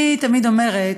אני תמיד אומרת: